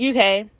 UK